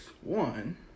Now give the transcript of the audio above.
one